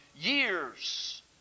years